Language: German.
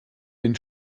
den